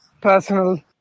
personal